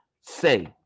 say